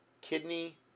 kidney